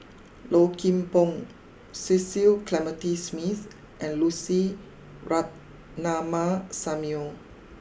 Low Kim Pong Cecil Clementi Smith and Lucy Ratnammah Samuel